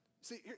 See